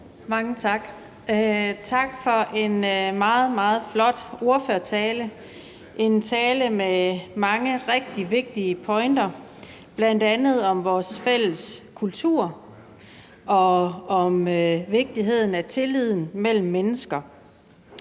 Mange tak. Tak for en meget, meget flot ordførertale – en tale med mange rigtig vigtige pointer, bl.a. om vores fælles kultur og om vigtigheden af tilliden mellem mennesker.